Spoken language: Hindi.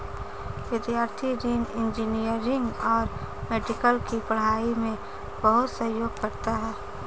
विद्यार्थी ऋण इंजीनियरिंग और मेडिकल की पढ़ाई में बहुत सहयोग करता है